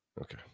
Okay